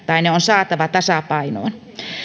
on saatava tasapainoon